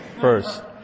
first